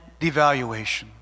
devaluation